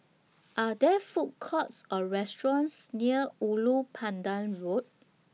Are There Food Courts Or restaurants near Ulu Pandan Road